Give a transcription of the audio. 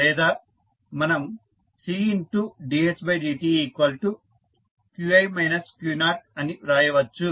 లేదా మనం Cdhdt అని వ్రాయవచ్చు